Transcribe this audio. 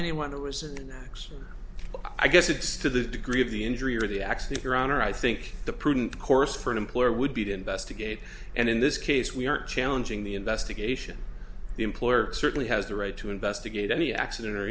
anyone who has an axe i guess it's to the degree of the injury or the accident your honor i think the prudent course for an employer would be to investigate and in this case we aren't challenging the investigation the employer certainly has the right to investigate any accident or